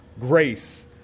grace